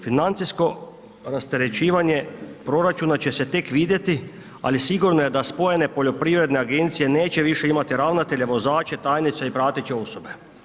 Financijsko rasterećivanje proračuna će se tek vidjeti, ali sigurno je da spojene poljoprivredne agencije neće više imati ravnatelje, vozače, tajnice i prateće osobe.